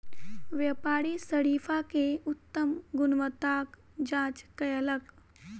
व्यापारी शरीफा के उत्तम गुणवत्ताक जांच कयलक